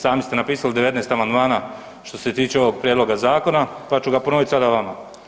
Sami ste napisali 19 amandmana što se tiče ovog prijedloga zakona, pa ću ga ponovit sada vama.